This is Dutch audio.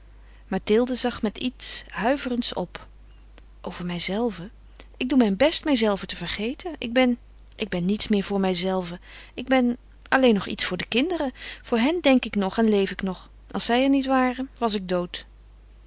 mathilde zag met iets huiverends op over mijzelve ik doe mijn best mijzelve te vergeten ik ben ik ben niets meer voor mijzelve ik ben alleen nog iets voor de kinderen voor hen denk ik nog en leef ik nog als zij er niet waren was ik dood